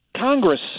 Congress